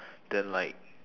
then like